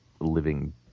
living